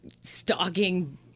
stalking